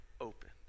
open